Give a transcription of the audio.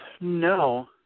No